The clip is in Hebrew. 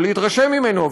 יכול להתרשם ממנו,